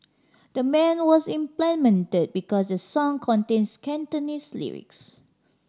the man was implemented because the song contains Cantonese lyrics